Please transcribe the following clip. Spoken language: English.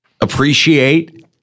appreciate